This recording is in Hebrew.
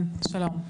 כן, שלום.